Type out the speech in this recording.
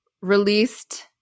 released